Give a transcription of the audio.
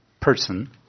person